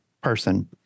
person